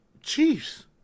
Chiefs